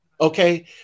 okay